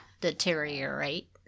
deteriorate